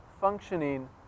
functioning